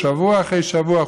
שבוע אחרי שבוע,